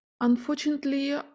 Unfortunately